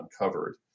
uncovered